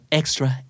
extra